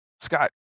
scott